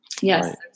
Yes